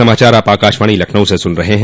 यह समाचार आप आकाशवाणी लखनऊ से सुन रहे हैं